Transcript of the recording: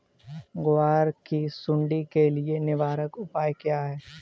ग्वार की सुंडी के लिए निवारक उपाय क्या है?